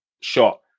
shot